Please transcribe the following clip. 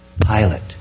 pilot